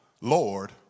lord